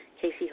Casey